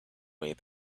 way